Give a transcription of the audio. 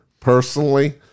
Personally